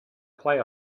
play